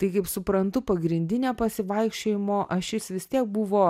tai kaip suprantu pagrindinė pasivaikščiojimo ašis vis tiek buvo